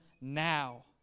now